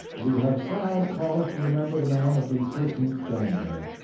we have sad cause to remember the man of the thirteenth january.